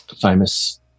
Famous